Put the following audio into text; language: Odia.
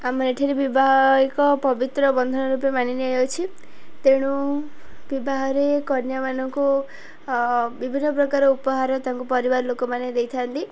ଆମର ଏଠାରେ ବିବାହକ ପବିତ୍ର ବନ୍ଧନ ରୂପେ ମାନିନିଆଯାଇଛି ତେଣୁ ବିବାହରେ କନ୍ୟାମାନଙ୍କୁ ବିଭିନ୍ନ ପ୍ରକାର ଉପହାର ତାଙ୍କୁ ପରିବାର ଲୋକମାନେ ଦେଇଥାନ୍ତି